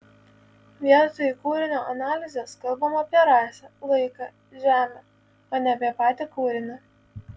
vietoj kūrinio analizės kalbama apie rasę laiką žemę o ne apie patį kūrinį